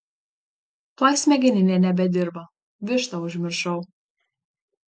tuoj smegeninė nebedirba vištą užmiršau